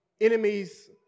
enemies